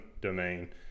domain